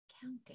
counting